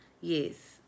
Yes